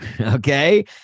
okay